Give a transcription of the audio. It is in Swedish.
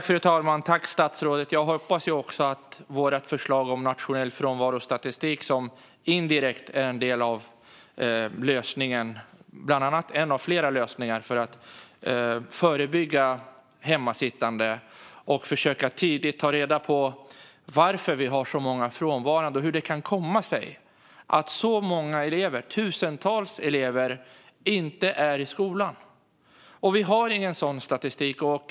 Fru talman! Jag hoppas att också vårt förslag om nationell frånvarostatistik kan komma med där. Det är indirekt en del av lösningen, en av flera, för att förebygga hemmasittande och försöka ta reda på varför vi har så många frånvarande, hur det kan komma sig att så många elever, tusentals, inte är i skolan. Vi har ingen sådan statistik.